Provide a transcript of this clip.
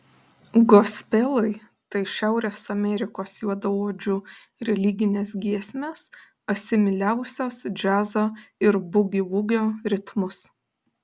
gospelai tai šiaurės amerikos juodaodžių religinės giesmės asimiliavusios džiazo ir bugivugio ritmus